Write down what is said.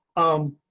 um,